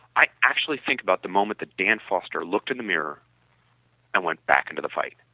i actually think about the moment that dan foster looked in the mirror and went back into the fight.